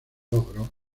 logros